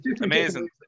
Amazing